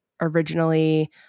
originally